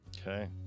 Okay